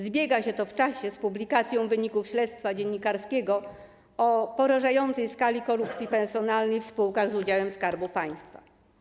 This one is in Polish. Zbiega się to w czasie z publikacją wyników śledztwa dziennikarskiego o porażającej skali korupcji personalnej w spółkach z udziałem Skarbu Państwa.